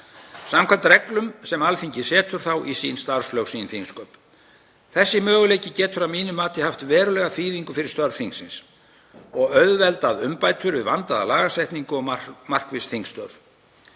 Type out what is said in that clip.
samkvæmt reglum sem Alþingi setur þá í sín starfslög, sín þingsköp. Þessi möguleiki getur að mínu mati haft verulega þýðingu fyrir störf þingsins og auðveldað umbætur við vandaða lagasetningu og markviss þingstörf.